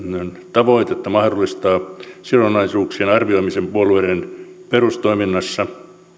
tavoitetta mahdollistaa sidonnaisuuksien arvioiminen puolueiden perustoiminnasta